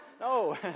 no